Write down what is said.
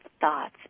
thoughts